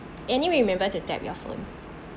anyway remember to tap your phone